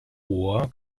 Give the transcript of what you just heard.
ohr